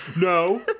No